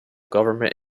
government